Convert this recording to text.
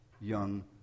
young